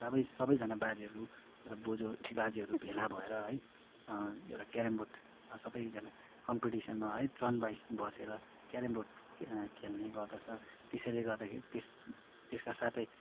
सबै सबैजना बाजेहरू र बोजू बाजेहरू भेला भएर है एउटा केरमबोर्ड सबैजना कम्पिटिसनमा है टर्न वाइज बसेर केरमबोर्ड खेल्ने गर्दछ त्यसैले गर्दाखेरि त्यस त्यसका साथै